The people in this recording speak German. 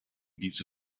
diese